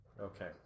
Okay